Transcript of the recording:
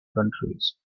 countries